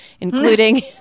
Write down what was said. including